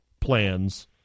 plans